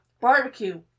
Barbecue